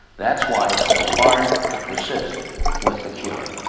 that's why it's so hard to persist with the cure.